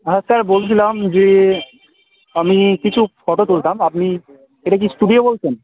হ্যাঁ স্যার বলছিলাম যে আমি কিছু ফটো তুলতাম আপনি এটা কি স্টুডিও বলছেন